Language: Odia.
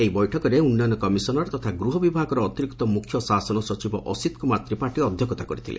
ଏହି ବୈଠକରେ ଉନ୍ନୟନ କମିଶନର୍ ତଥା ଗୃହ ବିଭାଗର ଅତିରିକ୍ତ ମୁଖ୍ୟ ଶାସନ ସଚିବ ଅସୀତ କୁମାର ତ୍ରିପାଠୀ ଅଧ୍ଧକ୍ଷତା କରିଥିଲେ